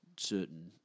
Certain